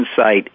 insight